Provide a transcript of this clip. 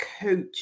coach